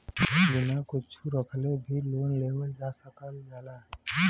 बिना कुच्छो रखले भी लोन लेवल जा सकल जाला